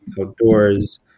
outdoors